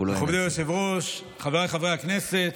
מכובדי היושב-ראש, חבריי חברי הכנסת,